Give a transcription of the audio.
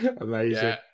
Amazing